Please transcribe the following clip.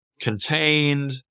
contained